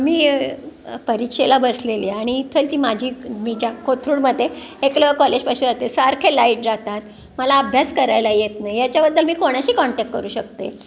मी परीक्षेला बसलेली आणि इथलची माझी मी ज्या कोथरूडमध्ये एकलव्य कॉलेजपाशी राहते सारखे लाईट जातात मला अभ्यास करायला येत नाही याच्याबद्दल मी कोणाशी कॉन्टॅक्ट करू शकते